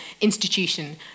institution